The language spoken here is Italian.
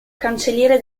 cancelliere